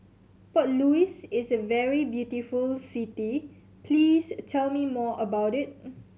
Port Louis is a very beautiful city please tell me more about it